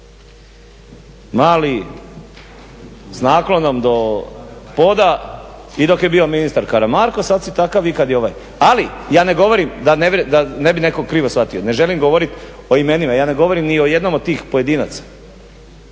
mali s naklonom do poda i dok je bio ministar Karamarko, sad si takav i kad je ovaj. Ali, ja ne govorim da ne bi netko krivo shvatio, ne želim govoriti o imenima ja ne govorim ni o jednom od tih pojedinaca,